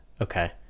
Okay